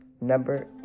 Number